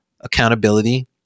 accountability